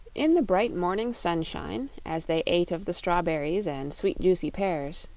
in the bright morning sunshine, as they ate of the strawberries and sweet juicy pears,